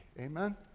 Amen